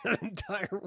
Entire